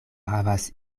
havas